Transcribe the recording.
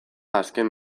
azken